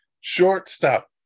shortstop